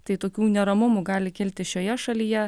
tai tokių neramumų gali kilti šioje šalyje